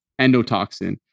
endotoxin